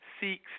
seeks